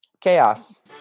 chaos